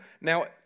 Now